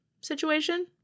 situation